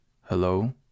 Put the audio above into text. Hello